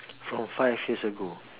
from five years ago